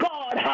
God